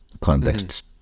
contexts